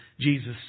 Jesus